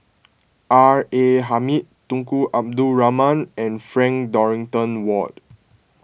R A Hamid Tunku Abdul Rahman and Frank Dorrington Ward